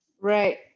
Right